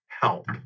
help